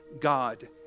God